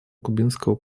кубинского